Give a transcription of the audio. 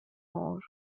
more